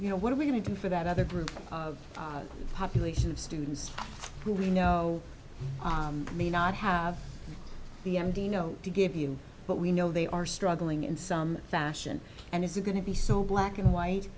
you know what are we going to do for that other group of a population of students who we know may not have the m d know to give you but we know they are struggling in some fashion and if they're going to be so black and white